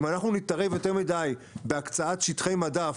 אם אנחנו נתערב יותר מדי בהקצאת שטחי מדף,